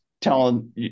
telling